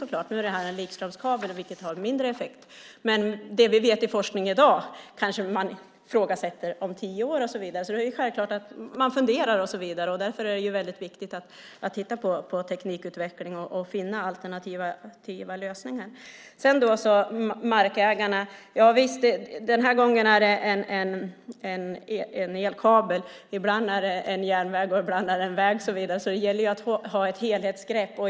Nu är det här en likströmskabel, vilket har mindre effekt, men det forskningen vet i dag kan ifrågasättas om tio år. Självklart funderar man. Därför är det viktigt att titta på teknikutvecklingen och finna alternativa lösningar. Sedan var det frågan om markägarna. Den här gången är det en elkabel. Ibland är det en järnväg eller en väg. Det gäller att ha ett helhetsgrepp.